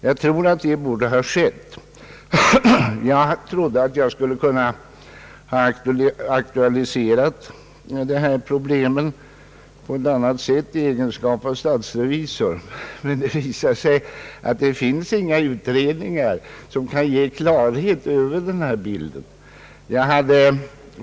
Jag avsåg att aktualisera dessa problem i min egenskap av statsrevisor, men det visade sig att det inte finns några utredningar eller andra handlingar som ger klarhet över de ekonomiska och andra konsekvenser, som ett nedläggande av flottningen medför.